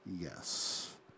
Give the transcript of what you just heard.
Yes